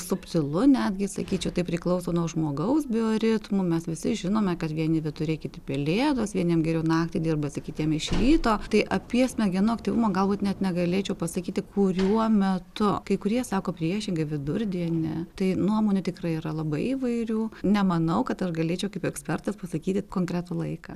ir subtilu netgi sakyčiau tai priklauso nuo žmogaus bioritmų mes visi žinome kad vieni vyturiai kiti pelėdos vieniem geriau naktį dirbasi kitiem iš ryto tai apie smegenų aktyvumą galbūt net negalėčiau pasakyti kuriuo metu kai kurie sako priešingai vidurdienį tai nuomonių tikrai yra labai įvairių nemanau kad aš galėčiau kaip ekspertas pasakyti konkretų laiką